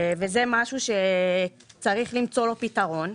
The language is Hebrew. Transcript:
וזה משהו שצריך למצוא לו פתרון.